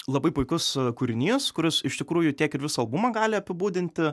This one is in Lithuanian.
labai puikus kūrinys kuris iš tikrųjų tiek ir visą albumą gali apibūdinti